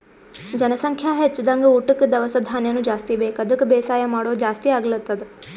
ಜನಸಂಖ್ಯಾ ಹೆಚ್ದಂಗ್ ಊಟಕ್ಕ್ ದವಸ ಧಾನ್ಯನು ಜಾಸ್ತಿ ಬೇಕ್ ಅದಕ್ಕ್ ಬೇಸಾಯ್ ಮಾಡೋದ್ ಜಾಸ್ತಿ ಆಗ್ಲತದ್